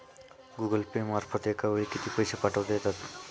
Google Pay मार्फत एका वेळी किती पैसे पाठवता येतात?